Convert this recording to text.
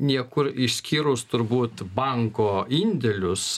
niekur išskyrus turbūt banko indėlius